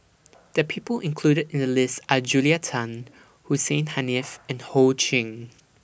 The People included in The list Are Julia Tan Hussein Haniff and Ho Ching